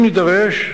אם נידרש,